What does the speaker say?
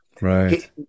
Right